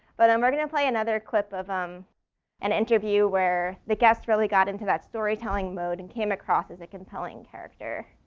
but i'm going to play another clip of um an interview where the guests really got into that storytelling mode and came across as a compelling character.